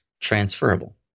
transferable